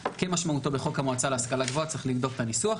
כמשמעותו בחוק המועצה להשכלה גבוהה" צריך לבדוק את הניסוח,